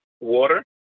water